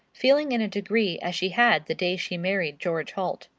feeling in a degree as she had the day she married george holt.